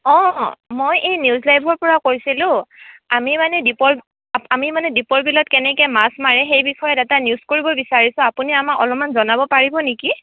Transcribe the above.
অঁ মই এই নিউজ লাইভৰ পৰা কৈছিলোঁ আমি মানে দীপৰ আমি মানে দীপৰ বিলত কেনেকৈ মাছ মাৰে সেই বিষয়ে এটা নিউজ কৰিব বিচাৰিছোঁ আপুনি আমাক অলপমান জনাব পাৰিব নেকি